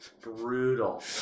Brutal